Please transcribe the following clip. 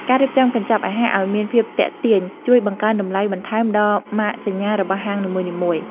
ការរៀបចំកញ្ចប់អាហារឱ្យមានភាពទាក់ទាញជួយបង្កើនតម្លៃបន្ថែមដល់ម៉ាកសញ្ញារបស់ហាងនីមួយៗ។